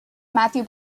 matthew